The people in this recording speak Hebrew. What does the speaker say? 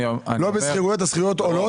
לא בשכירויות, השכירויות עולות.